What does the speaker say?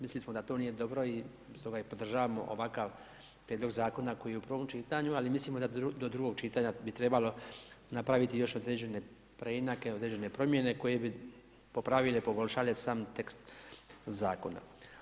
Mislili smo da to nije dobro i stoga i podržavamo ovakav prijedlog zakona koji je u prvom čitanju ali mislimo da do drugog čitanja bi trebalo napraviti još određene preinake, određene promjene koje bi popravile, poboljšale sam tekst zakona.